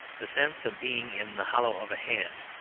the sense of being in the hollow of a hand,